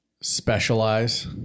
specialize